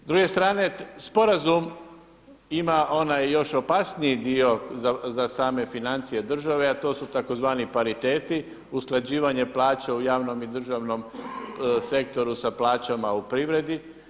S druge strane sporazum ima onaj još opasniji dio za same financije države, a to su tzv. pariteti, usklađivanje plaća u javnom i državnom sektoru sa plaćama u privredi.